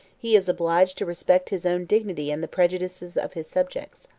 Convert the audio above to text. he is obliged to respect his own dignity and the prejudices of his subjects.